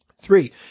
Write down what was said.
Three